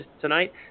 tonight